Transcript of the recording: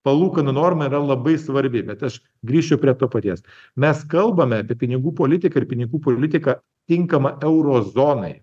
palūkanų norma yra labai svarbi bet aš grįšiu prie to paties mes kalbame apie pinigų politiką ir pinigų politiką tinkamą euro zonai